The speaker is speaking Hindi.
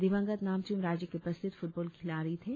दिवंगत नामचुम राज्य के प्रसिद्ध फुटबॉल खिलाड़ी थे